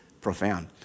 profound